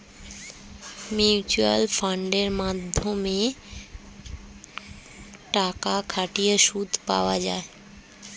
mutual ফান্ডের মাধ্যমে টাকা খাটিয়ে সুদ পাওয়া যায়